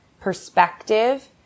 perspective